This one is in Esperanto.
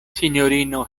sinjorino